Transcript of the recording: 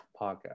Podcast